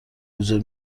حضور